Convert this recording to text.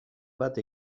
bat